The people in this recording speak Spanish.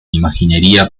imaginería